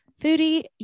foodie